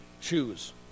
choose